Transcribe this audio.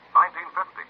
1950